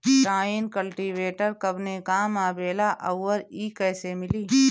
Tine cultivator कवने काम आवेला आउर इ कैसे मिली?